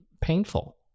painful